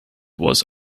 was